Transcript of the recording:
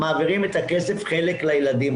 מעבירים את הכסף לילדים.